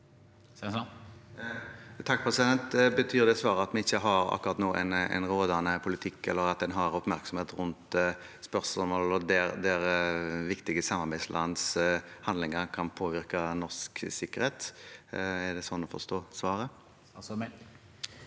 (H) Betyr det svaret at vi akkurat nå ikke har en rådende politikk eller oppmerksomhet rundt spørsmål der viktige samarbeidslands handlinger kan påvirke norsk sikkerhet? Er det sånn å forstå svaret?